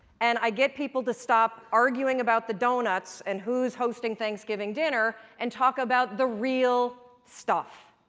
and i get people to stop arguing about the donuts and who is hosting thanksgiving dinner, and talk about the real stuff.